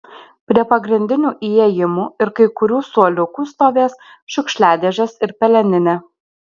prie pagrindinių įėjimų ir kai kurių suoliukų stovės šiukšliadėžės ir peleninė